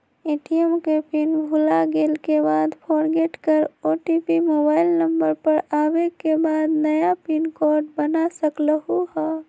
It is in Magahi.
ए.टी.एम के पिन भुलागेल के बाद फोरगेट कर ओ.टी.पी मोबाइल नंबर पर आवे के बाद नया पिन कोड बना सकलहु ह?